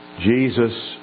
Jesus